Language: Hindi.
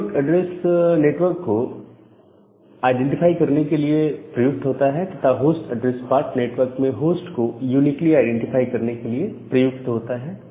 नेटवर्क एड्रेस नेटवर्क को आईडेंटिफाई करने के लिए प्रयुक्त होता है तथा होस्ट एड्रेस पार्ट नेटवर्क में होस्ट को यूनिकली आईडेंटिफाई करने के लिए प्रयुक्त होता है